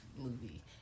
movie